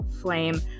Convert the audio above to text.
flame